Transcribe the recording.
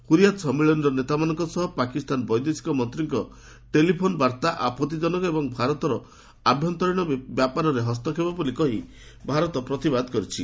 ହୁରିୟାତ୍ ସମ୍ମିଳନୀର ନେତାମାନଙ୍କ ସହ ପାକିସ୍ତାନ ବୈଦେଶିକ ମନ୍ତ୍ରୀଙ୍କ ଟେଲିଫୋନ୍ ବାର୍ତ୍ତା ଆପଭିଜନକ ଏବଂ ଭାରତର ଆଭ୍ୟନ୍ତରିଣ ବ୍ୟାପାରରେ ହସ୍ତକ୍ଷେପ ବୋଲି କହି ଭାରତ ପ୍ରତିବାଦ କରିଛି